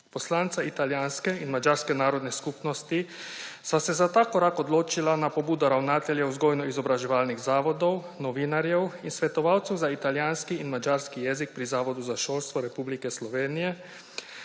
Poslanca italijanske in madžarske narodne skupnosti sva se za ta korak odločila na pobudo ravnateljev vzgojno-izobraževalnih zavodov, novinarjev in svetovalcev za italijanski in madžarski jezik pri Zavodu za šolstvo Republike Slovenije,